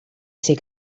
ser